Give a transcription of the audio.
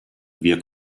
wir